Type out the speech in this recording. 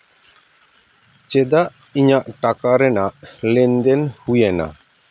ᱪᱮᱫᱟᱜ ᱤᱧᱟᱹᱜ ᱴᱟᱠᱟ ᱨᱮᱱᱟᱜ ᱞᱮᱱᱫᱮᱱ ᱦᱩᱭᱮᱱᱟ